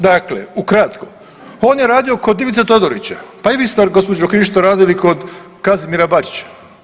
Dakle ukratko, on je radio kod Ivice Todoriće, pa i vi ste gospođo Krišto radili kod Kazimira Bačića.